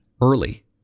early